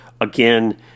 Again